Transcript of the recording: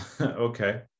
Okay